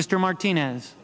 mr martinez